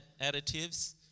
additives